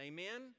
Amen